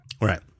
Right